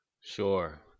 Sure